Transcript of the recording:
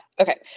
Okay